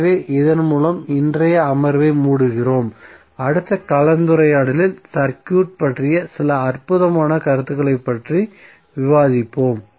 எனவேஇதன் மூலம் இன்றைய அமர்வை மூடுகிறோம் அடுத்த கலந்துரையாடலில் சர்க்யூட் பற்றிய சில அற்புதமான கருத்துகளைப் பற்றி விவாதிப்போம்